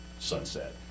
Sunset